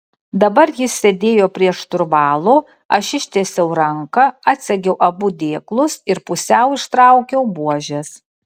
dabar jis sėdėjo prie šturvalo aš ištiesiau ranką atsegiau abu dėklus ir pusiau ištraukiau buožes